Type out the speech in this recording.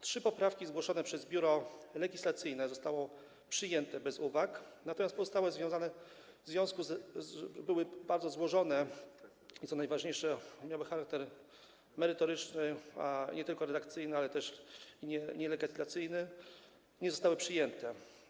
Trzy poprawki zgłoszone przez Biuro Legislacyjne zostały przyjęte bez uwag, natomiast pozostałe, w związku z tym, że były bardzo złożone i, co najważniejsze, miały charakter merytoryczny, a nie tylko redakcyjny, ale też nie legislacyjny, nie zostały przyjęte.